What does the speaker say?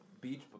Beach